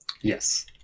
yes